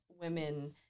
women